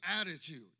attitude